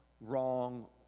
wrong